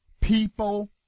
people